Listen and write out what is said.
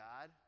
God